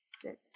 Six